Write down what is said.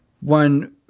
one